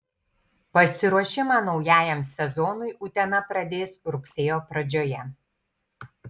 pasiruošimą naujajam sezonui utena pradės rugsėjo pradžioje